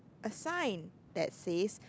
a sign that says